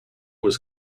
was